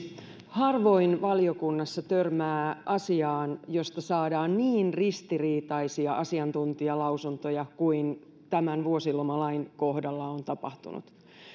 harvoin valiokunnassa törmää asiaan josta saadaan niin ristiriitaisia asiantuntijalausuntoja kuin tämän vuosilomalain kohdalla on tapahtunut